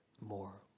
more